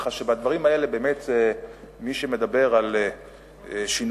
כך שבדברים האלה באמת מי שמדבר על שינויים,